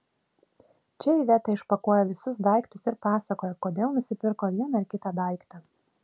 čia iveta išpakuoja visus daiktus ir pasakoja kodėl nusipirko vieną ar kitą daiktą